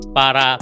para